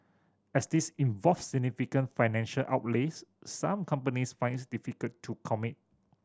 as these involve significant financial outlays some companies find it difficult to commit